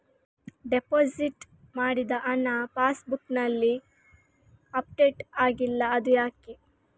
Deposit ಮಾಡಿದ ಹಣ ಪಾಸ್ ಬುಕ್ನಲ್ಲಿ ಅಪ್ಡೇಟ್ ಆಗಿಲ್ಲ ಅದು ಯಾಕೆ?